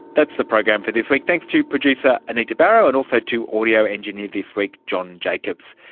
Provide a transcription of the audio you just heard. that's the program for this week. thanks to producer anita barraud, and also to audio engineer this week john jacobs.